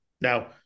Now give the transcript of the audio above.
Now